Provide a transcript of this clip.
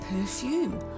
perfume